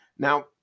Now